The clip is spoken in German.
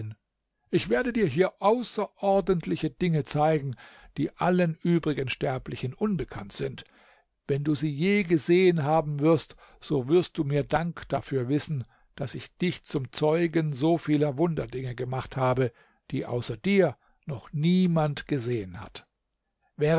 ich werde dir hier außerordentliche dinge zeigen die allen übrigen sterblichen unbekannt sind wenn du sie je gesehen haben wirst so wirst du mir dank dafür wissen daß ich dich zum zeugen so vieler wunderdinge gemacht habe die außer dir noch niemand gesehen hat